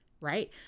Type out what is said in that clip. right